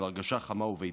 של הרגשה חמה וביתית.